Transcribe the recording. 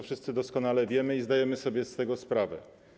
Wszyscy doskonale to wiemy, zdajemy sobie z tego sprawę.